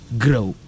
grow